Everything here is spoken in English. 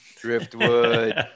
driftwood